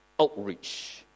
outreach